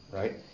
right